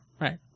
Right